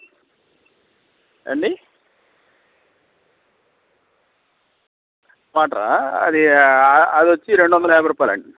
ఏండి క్వార్టర్ ఆ అది అది వచ్చి రెండు వందల యాబై రూపాయలండీ